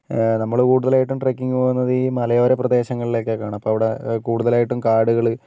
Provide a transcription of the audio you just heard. നമ്മൾ കൂടുതലായിട്ടും ട്രക്കിങ് പോകുന്നത് ഈ മലയോര പ്രദേശങ്ങളിലേക്കാണ് അപ്പോൾ അവിടെ കൂടുതലായിട്ടും കാടുകൾ